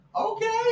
okay